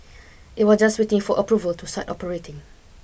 it was just waiting for approval to start operating